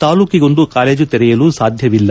ತಾಲ್ಲೂಕಿಗೊಂದು college ತೆರೆಯಲು ಸಾಧ್ಯವಿಲ್ಲ